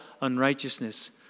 unrighteousness